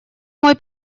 мой